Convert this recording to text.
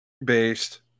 Based